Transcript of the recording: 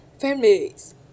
families